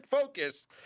Focus